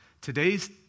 today's